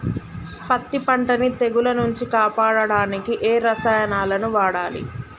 పత్తి పంటని తెగుల నుంచి కాపాడడానికి ఏ రసాయనాలను వాడాలి?